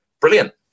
Brilliant